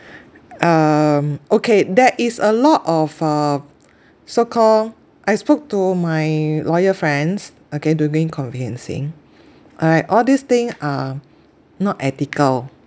um okay there is a lot of uh so call I spoke to my lawyer friends okay doing conveyancing alright all this thing are not ethical